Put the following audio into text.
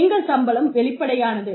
எங்கள் சம்பளம் வெளிப்படையானது